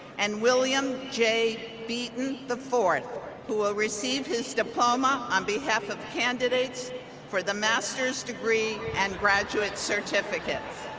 and william j. beaton the fourth who will receive his diploma on behalf of candidates for the master's degree and graduate certificates.